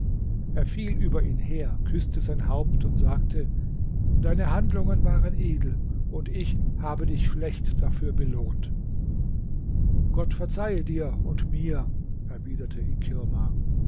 er fiel über ihn her küßte sein haupt und sagte deine handlungen waren edel und ich habe dich schlecht dafür belohnt gott verzeihe dir und mir erwiderte ikirma